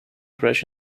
crash